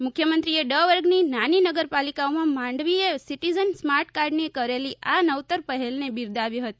મુખ્યમંત્રીએ ડ વર્ગની નાની નગરપાલિકાઓમાં માંડવીએ સિટીઝન સ્માર્ટ કાર્ડની કરેલી આ નવતર પહેલને બિરદાવી હતી